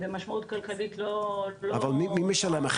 מי משלם,